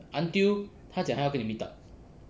until 她讲她要跟你 meet up